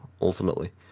ultimately